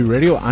Radio